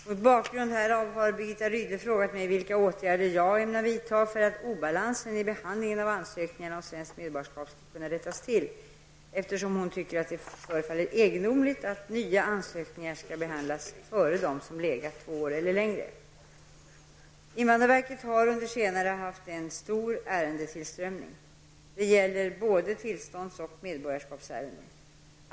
Mot bakgrund härav har Birgitta Rydle frågat mig vilka åtgärder jag ämnar vidta för att obalansen i behandlingen av ansökningarna om svenskt medborgarskap skall kunna rättas till, eftersom hon tycker att det förefaller egendomligt att nya ansökningar skall behandlas före dem som legat i två år eller längre. Invandrarverket har under senare år haft en stor ärendetillströmning. Detta gäller både tillståndsoch medborgarskapsärenden.